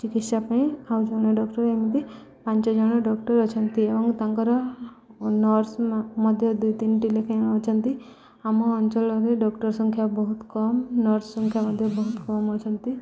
ଚିକିତ୍ସା ପାଇଁ ଆଉ ଜଣେ ଡ଼କ୍ଟର୍ ଏମିତି ପାଞ୍ଚ ଜଣ ଡ଼କ୍ଟର୍ ଅଛନ୍ତି ଏବଂ ତାଙ୍କର ନର୍ସ ମଧ୍ୟ ଦୁଇ ତିନିଟି ଲେଖାଏଁ ଅଛନ୍ତି ଆମ ଅଞ୍ଚଳରେ ଡ଼କ୍ଟର୍ ସଂଖ୍ୟା ବହୁତ କମ୍ ନର୍ସ ସଂଖ୍ୟା ମଧ୍ୟ ବହୁତ କମ୍ ଅଛନ୍ତି